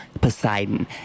Poseidon